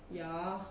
ya